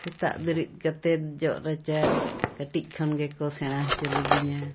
ᱥᱮᱛᱟᱜ ᱵᱮᱨᱮᱫ ᱠᱟᱛᱮᱫ ᱡᱚᱜᱼᱨᱟᱪᱟ ᱠᱟᱹᱴᱤᱡ ᱠᱷᱚᱱ ᱜᱮᱠᱚ ᱥᱮᱬᱟ ᱦᱚᱪᱚ ᱞᱤᱫᱤᱧᱟ